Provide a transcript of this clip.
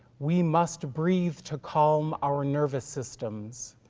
we must breathe to calm our nervous systems.